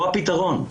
פה הפתרון.